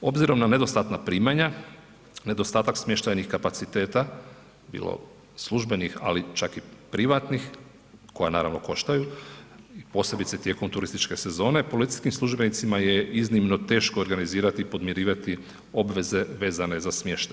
Obzirom na nedostatna primanja, nedostatak smještajnih kapaciteta bilo službenih, ali čak i privatnih koja naravno koštaju, posebice tijekom turističke sezone, policijskim službenicima je iznimno teško organizirati i podmirivati obveze vezane za smještaj.